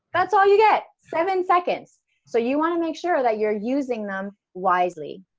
that's all you get seven seconds so you want to make sure that you're using them wisely.